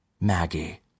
Maggie